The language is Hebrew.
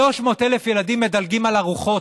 300,000 ילדים מדלגים על ארוחות,